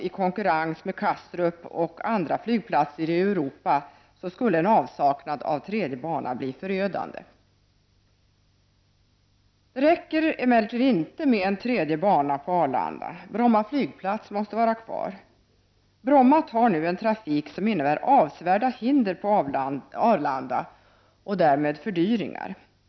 I konkurrensen med Kastrup och andra flygplatser i Europa skulle dessutom avsaknad av en tredje bana bli förödande. Det räcker emellertid inte med en tredje bana på Arlanda. Bromma flygplats måste vara kvar. Bromma tar nu en trafik som innebär avsevärda hinder på Arlanda och därmed fördyringar.